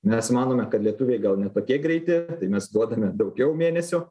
mes manome kad lietuviai gal ne tokie greiti tai mes duodame daugiau mėnesiu